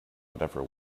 whatever